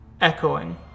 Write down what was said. echoing